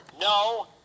no